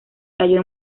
cayó